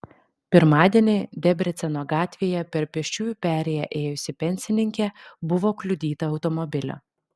pirmadienį debreceno gatvėje per pėsčiųjų perėję ėjusi pensininkė buvo kliudyta automobilio